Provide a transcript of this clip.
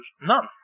none